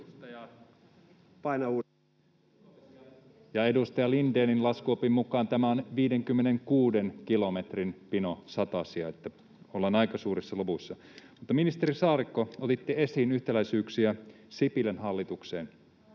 Edustaja Lindénin laskuopin mukaan tämä on 56 kilometrin pino satasia, joten ollaan aika suurissa luvuissa. Ministeri Saarikko, otitte esiin yhtäläisyyksiä Sipilän hallitukseen.